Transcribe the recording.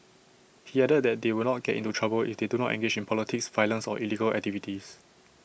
he added that they would not get into trouble if they do not engage in politics violence or illegal activities